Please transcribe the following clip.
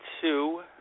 two